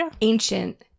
ancient